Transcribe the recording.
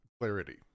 clarity